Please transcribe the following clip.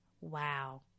Wow